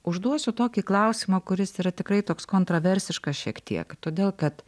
užduosiu tokį klausimą kuris yra tikrai toks kontraversiškas šiek tiek todėl kad